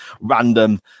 random